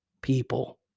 people